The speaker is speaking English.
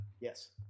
Yes